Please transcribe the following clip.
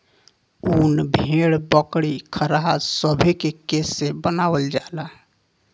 उन भेड़, बकरी, खरहा सभे के केश से बनावल जाला